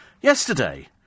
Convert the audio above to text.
yesterday